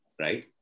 right